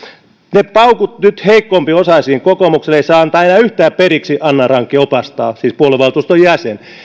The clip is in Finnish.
ne paukut nyt heikompiosaisiin kokoomukselle ei saa antaa enää yhtään periksi anna ranki opastaa siis puoluevaltuuston jäsen